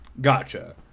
Gotcha